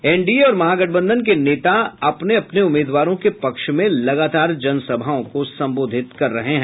NDA और महागठबंधन के नेता अपने अपने उम्मीदवारों के पक्ष में लगातार जनसभाओं को संबोधित कर रहे हैं